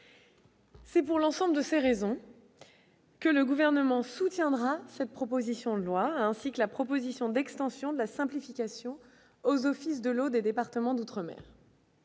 C'est pour l'ensemble de ces raisons que le gouvernement soutiendra cette proposition de loi, ensuite la proposition d'extension de la simplification aux offices de l'eau des départements d'outre-mer.